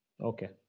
Okay